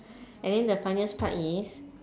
and then the funniest part is